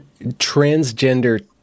transgender